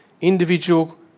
individual